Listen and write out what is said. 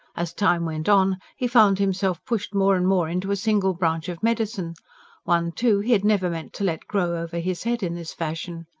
as time went on, he found himself pushed more and more into a single branch of medicine one, too, he had never meant to let grow over his head in this fashion.